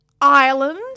Ireland